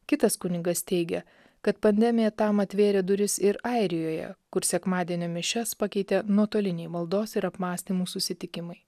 kitas kunigas teigia kad pandemija tam atvėrė duris ir airijoje kur sekmadienio mišias pakeitė nuotoliniai maldos ir apmąstymų susitikimai